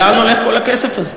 לאן הולך כל הכסף הזה?